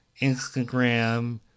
Instagram